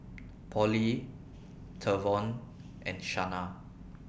Polly Trevon and Shanna